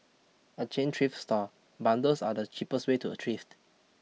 a chain thrift store bundles are the cheapest way to a thrift